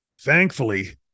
Thankfully